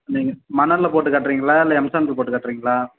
நீங்க மணலில் போட்டு காட்டுறீங்களா இல்லை எம்சேண்டு போட்டு காட்டுறீங்களா